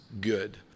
good